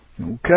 Okay